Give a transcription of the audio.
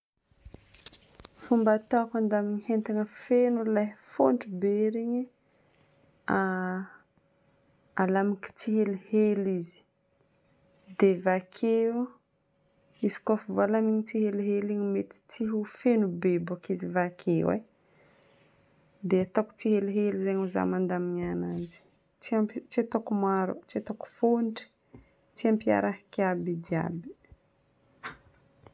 Fomba ataoko handamigna entagna feno ilay fôntro be ery, aah alamiko tsihelihely izy dia vakeo izy ko efa voalamigna tsihelihely igny, mety tsy ho feno be boka izy vakeo e. Dia ataoko tsihelihely zegny zaho mandamigna ananjy. Tsy ampy- tsy ataoko maro, tsy ataoko fontro, tsy ampiarahiko aby jiaby.